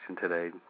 today